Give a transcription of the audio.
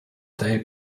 day